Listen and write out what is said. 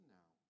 now